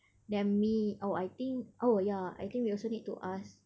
then mi oh I think oh ya I think we also need to ask